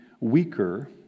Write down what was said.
weaker